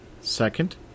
Second